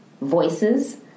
voices